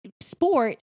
sport